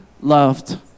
loved